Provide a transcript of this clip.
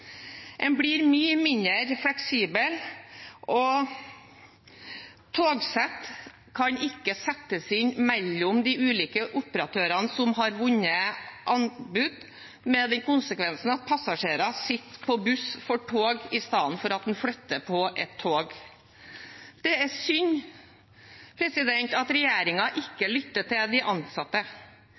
En blir mye mindre fleksibel, og togsett kan ikke settes inn mellom de ulike operatørene som har vunnet anbud, med den konsekvensen at passasjerer sitter på buss for tog i stedet for at en flytter på et tog. Det er synd at regjeringen ikke lytter til de ansatte.